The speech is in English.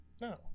No